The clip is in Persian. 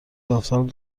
داوطلب